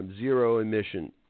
zero-emission